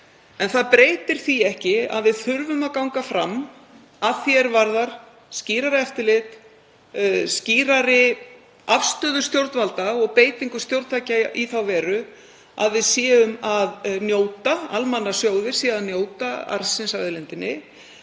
En það breytir því ekki að við þurfum að ganga fram að því er varðar skýrara eftirlit, skýrari afstöðu stjórnvalda og beitingu stjórntækja í þá veru að almannasjóðir séu að njóta arðsins af auðlindinni